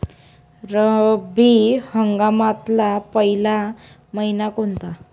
रब्बी हंगामातला पयला मइना कोनता?